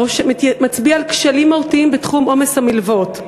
מצביע על כשלים מהותיים בתחום עומס המלוות.